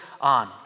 on